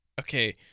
Okay